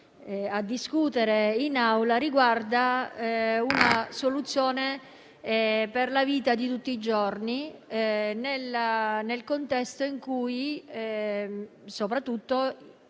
a discutere in Aula riguarda una soluzione per la vita di tutti i giorni, in un contesto in cui soprattutto